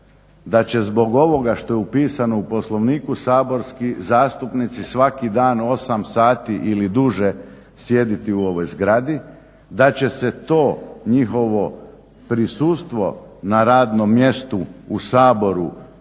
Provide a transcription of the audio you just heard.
da će zbog ovoga što je upisano u Poslovniku saborski zastupnici svaki dan 8 sati ili duže sjediti u ovoj zgradi, da će se to njihovo prisustvo na radnom mjestu u Saboru,